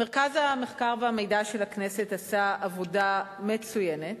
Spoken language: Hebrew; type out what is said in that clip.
מרכז המחקר והמידע של הכנסת עשה עבודה מצוינת,